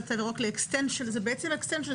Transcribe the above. זה בעצם extension,